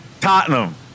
Tottenham